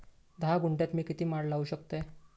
धा गुंठयात मी किती माड लावू शकतय?